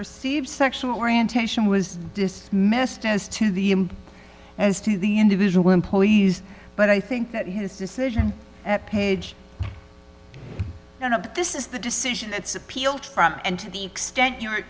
perceives sexual orientation was dismissed as to the him as to the individual employees but i think that his decision at page one of this is the decision that's appealed from and the extent you're